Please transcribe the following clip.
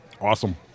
Awesome